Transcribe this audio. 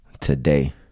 today